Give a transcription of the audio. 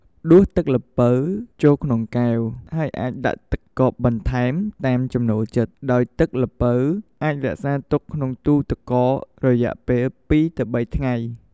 ដួសទឹកល្ពៅចូលក្នុងកែវ ហើយអាចដាក់ទឹកកកបន្ថែមតាមចំណូលចិត្ត ដោយទឹកល្ពៅអាចរក្សាទុកក្នុងទូទឹកកករយៈពេល ២-៣ ថ្ងៃ។